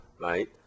right